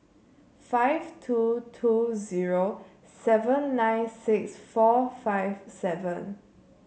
five two two zero seven nine six four five seven